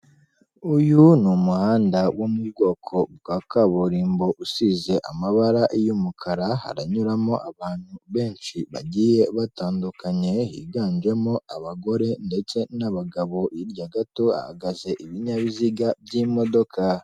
Uyu ni umuhanda wo mu bwoko bwa kaburimbo usize amabara y'umukara, haranyuramo abantu benshi bagiye batandukanye higanjemo abagore ndetse n'abagabo, hirya gato hahagaze ibinyabiziga by'imodoka.